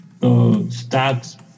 stats